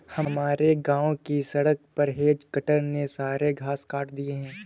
हमारे गांव की सड़क पर हेज कटर ने सारे घास काट दिए हैं